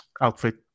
outfit